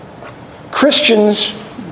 Christians